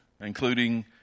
including